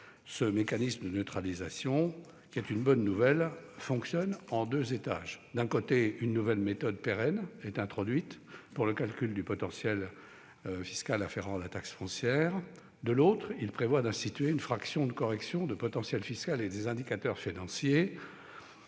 Ce mécanisme de neutralisation, qui est une bonne nouvelle, fonctionne en deux étages. D'une part, il introduit une nouvelle méthode pérenne pour le calcul du potentiel fiscal afférent à la taxe foncière. D'autre part, il institue une fraction de correction du potentiel fiscal et des indicateurs financiers,